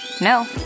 No